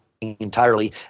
entirely